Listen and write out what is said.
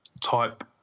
type